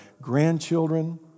grandchildren